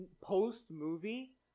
post-movie